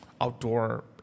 outdoor